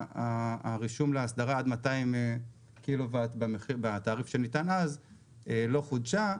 הרישום להסדרה עד 200 קילו וואט בתעריף שניתן אז לא חודשה,